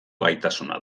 gaitasuna